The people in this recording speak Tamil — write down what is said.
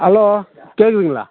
ஹலோ கேட்குதுங்களா